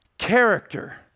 character